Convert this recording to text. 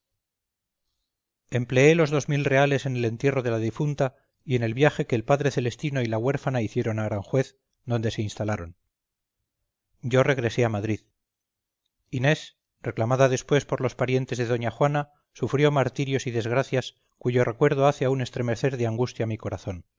empleé los dos mil reales en el entierro de la difunta y en el viaje que el padre celestino y